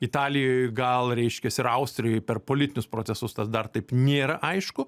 italijoj gal reiškias ir austrijoj per politinius procesus tas dar taip nėra aišku